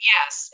Yes